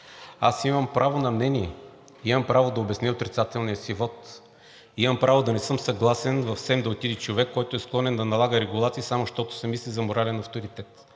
Аз имам право на мнение, имам право да обясня отрицателния си вот, имам право да не съм съгласен в СЕМ да отиде човек, който е склонен да налага регулации само защото се мисли за морален авторитет.